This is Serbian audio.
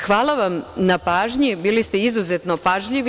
Hvala vam na pažnji, bili ste izuzetno pažljivi.